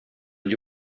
gli